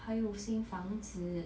还有新房子